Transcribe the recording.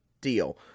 deal